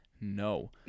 No